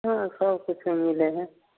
हाँ सभकुछो मिलै हय